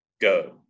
go